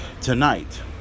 tonight